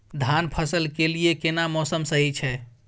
धान फसल के लिये केना मौसम सही छै?